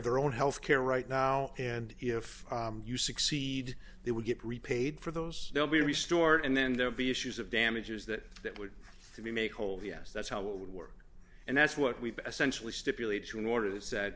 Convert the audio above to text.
their own health care right now and if you succeed they will get repaid for those they'll be restored and then there will be issues of damages that that would be made whole vs that's how it would work and that's what we've essentially stipulate to in order that said